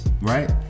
Right